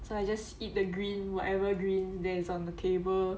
so I just eat the green whatever green there is on the table